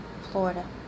Florida